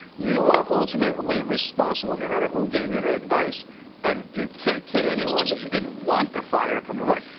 you are ultimately responsible and matter who gave you the advice and you can't kid anyone that you didn't want to fire comey. what,